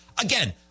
Again